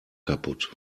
kaputt